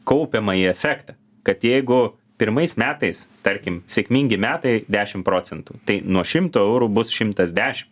kaupiamąjį efektą kad jeigu pirmais metais tarkim sėkmingi metai dešim procentų tai nuo šimto eurų bus šimtas dešim